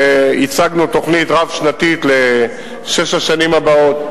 והצגנו תוכנית רב-שנתית לשש השנים הבאות,